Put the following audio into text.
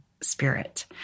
Spirit